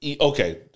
Okay